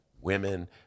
women